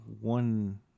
one